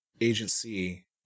Agency